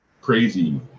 crazy